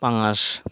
পাঙাশ